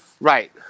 right